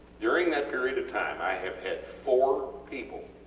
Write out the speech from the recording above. during that period of time i have had four people